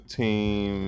team